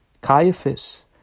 Caiaphas